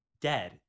dead